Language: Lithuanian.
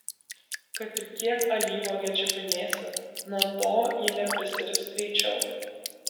kad ir kiek alyvuogę čiupinėsi nuo to ji neprisirps greičiau